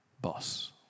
boss